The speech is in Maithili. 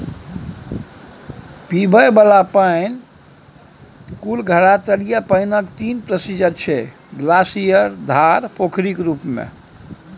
पीबय बला पानि कुल धरातलीय पानिक तीन प्रतिशत छै ग्लासियर, धार, पोखरिक रुप मे